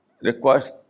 requires